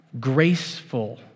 graceful